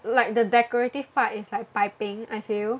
like the decorative part is like piping I feel